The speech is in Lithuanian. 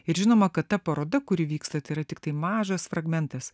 ir žinoma kad ta paroda kuri vyksta tėra tiktai mažas fragmentas